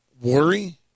worry